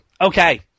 Okay